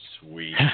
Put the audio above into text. Sweet